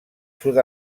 sud